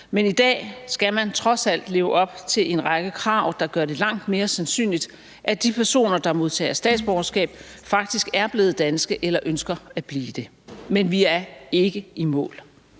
men i dag skal man trods alt leve op til en række krav, der gør det langt mere sandsynligt, at de personer, der modtager statsborgerskab, faktisk er blevet danske eller ønsker at blive det. Men vi er ikke i mål.